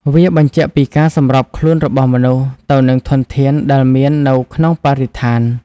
វាបញ្ជាក់ពីការសម្របខ្លួនរបស់មនុស្សទៅនឹងធនធានដែលមាននៅក្នុងបរិស្ថាន។